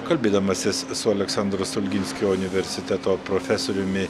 kalbėdamasis su aleksandro stulginskio universiteto profesoriumi